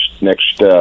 next